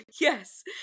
Yes